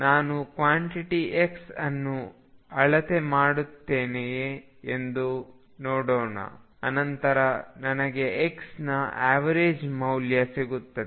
ನಾನು quantity x ಅನ್ನು ಅಳತೆ ಮಾಡುತ್ತೇನೆಯೇ ಎಂದು ನೋಡೋಣ ಅನಂತರ ನನಗೆ x ನ ಎವರೇಜ್ ಮೌಲ್ಯ ಸಿಗುತ್ತದೆ